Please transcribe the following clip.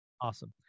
Awesome